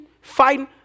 fighting